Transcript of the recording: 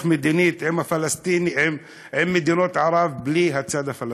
מדינית עם מדינות ערב בלי הצד הפלסטיני.